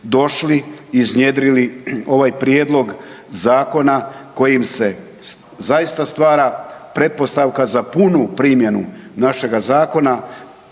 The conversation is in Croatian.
došli, iznjedrili ovaj prijedlog zakona kojim se zaista stvara pretpostavka za punu primjenu našega zakona,